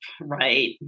right